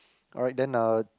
alright then uh